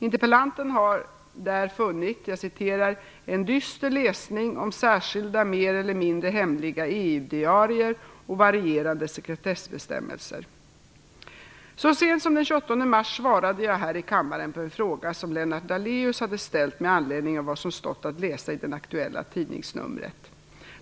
Interpellanten har där funnit "en dyster läsning om särskilda, mer eller mindre hemliga EU-diarier och varierande sekretessbestämmelser." Så sent som den 28 mars svarade jag här i kammaren på en fråga som Lennart Daléus hade ställt med anledning av vad som stått att läsa i det aktuella tidningsnumret.